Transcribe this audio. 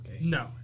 No